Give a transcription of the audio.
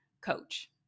coach